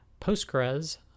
Postgres